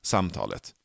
Samtalet